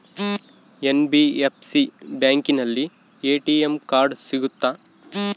NBFC ಬ್ಯಾಂಕಿನಲ್ಲಿ ATM card ಸಿಗುತ್ತಾ?